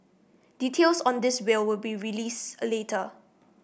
details on this will will be released a later